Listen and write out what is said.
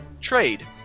Trade